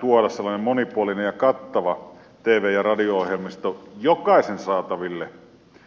tuoda sellainen monipuolinen ja kattava tv ja radio ohjelmisto jokaisen saataville yhtäläisin ehdoin